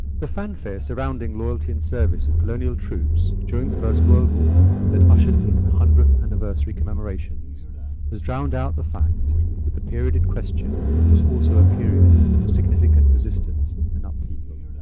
the fanfare surrounding loyalty and service of colonial troops during the first world war that ushered in the one hundredth anniversary commemorations has drowned out the fact that the period in question was also a period of significant resistance and upheaval.